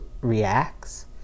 reacts